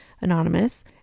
anonymous